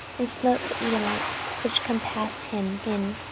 and smote the edomites which compassed him in,